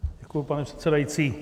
Děkuji, pane předsedající.